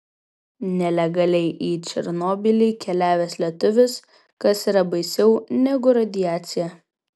nelegaliai į černobylį keliavęs lietuvis kas yra baisiau negu radiacija